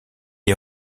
est